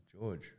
George